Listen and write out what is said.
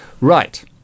Right